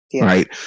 right